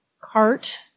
cart